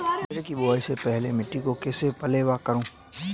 बाजरे की बुआई से पहले मिट्टी को कैसे पलेवा करूं?